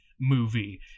movie